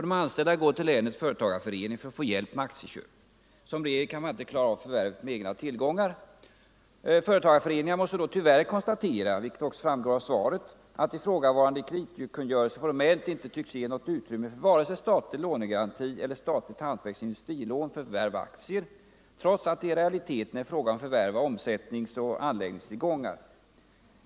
De anställda går till länets företagarförening för att få hjälp med aktieköpen. Som regel kan man inte klara förvärvet med egna tillgångar. Företagarföreningarna måste då tyvärr konstatera, vilket också framgår av svaret, att ifrågavarande kreditkungörelse formellt inte tycks ge något utrymme för vare sig statlig lånegaranti eller statligt hantverksoch industrilån för förvärv av aktier, trots att det i realiteten är fråga om förvärv av omsättningsoch anläggningstillgångar.